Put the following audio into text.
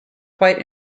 quite